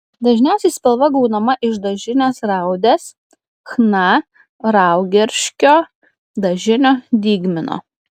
dažniausiai spalva gaunama iš dažinės raudės chna raugerškio dažinio dygmino